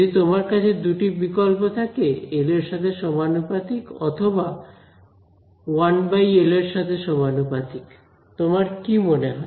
যদি তোমার কাছে দুটি বিকল্প থাকে এল এর সাথে সমানুপাতিক অথবা 1 এল এর সাথে সমানুপাতিক তোমার কি মনে হয়